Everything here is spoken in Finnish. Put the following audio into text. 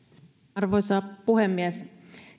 arvoisa puhemies